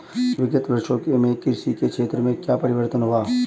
विगत वर्षों में कृषि के क्षेत्र में क्या परिवर्तन हुए हैं?